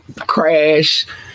crash